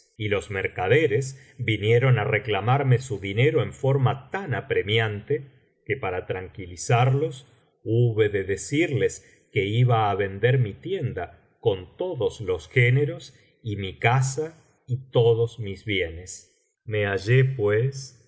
y los mercaderes vinieron á reclamarme su dinero en forma tan apremiante quo para tranquilizarlos hube de decirles que iba á vender mi tienda con todos los géneros y mi casa y todos mis bienes me hallé pues